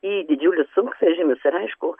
į didžiulius sunkvežimius ir aišku